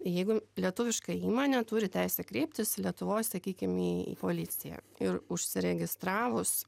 jeigu lietuviška įmonė turi teisę kreiptis lietuvoj sakykim į policiją ir užsiregistravus